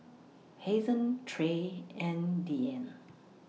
Hazen Trey and Diann